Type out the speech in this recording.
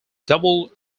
double